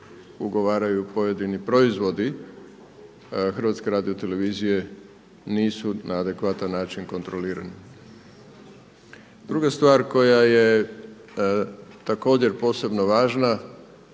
ugovaraju pojedini proizvodi HRT nisu na adekvatan način kontrolirani. Druga stvar koja je također posebno važna